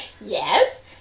Yes